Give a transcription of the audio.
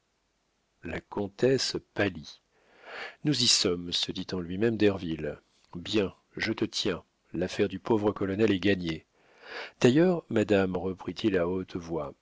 la comtesse pâlit nous y sommes se dit en lui-même derville bien je te tiens l'affaire du pauvre colonel est gagnée d'ailleurs madame reprit-il à haute voix